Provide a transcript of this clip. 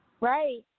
Right